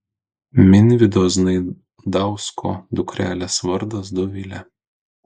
minvydo znaidausko dukrelės vardas dovilė